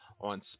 on